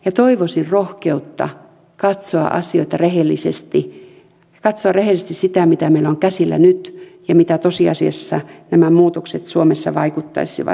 ja toivoisin rohkeutta katsoa asioita rehellisesti ja katsoa rehellisesti sitä mitä meillä on käsillä nyt ja mitä tosiasiassa nämä muutokset suomessa vaikuttaisivat